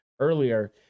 earlier